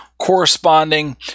corresponding